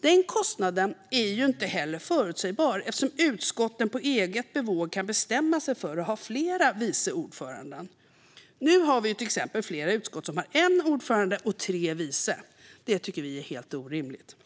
Den kostnaden är inte förutsägbar eftersom utskotten på eget bevåg kan bestämma sig för att ha flera vice ordförande. Nu har vi till exempel flera utskott som har en ordförande och tre vice ordförande. Det tycker vi är helt orimligt.